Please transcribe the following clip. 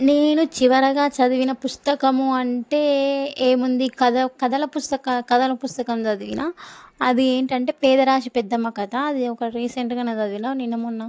నేను చివరగా చదివిన పుస్తకము అంటే ఏముంది కథ కథల పుస్తకాలు కథల పుస్తకం చదివినా అది ఏంటంటే పేదరాశి పెద్దమ్మ కథ అది ఒక రీసెంట్గానే చదివిన నిన్న మొన్న